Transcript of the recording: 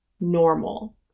normal